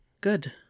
good